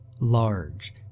Large